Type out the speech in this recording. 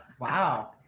wow